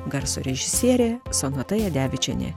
garso režisierė sonata jadevičienė